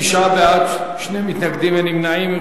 תשעה בעד, שני מתנגדים, אין נמנעים.